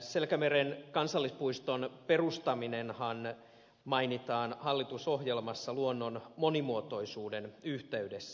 selkämeren kansallispuiston perustaminenhan mainitaan hallitusohjelmassa luonnon monimuotoisuuden yhteydessä